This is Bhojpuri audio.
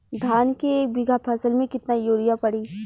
धान के एक बिघा फसल मे कितना यूरिया पड़ी?